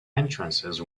entrances